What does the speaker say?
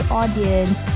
audience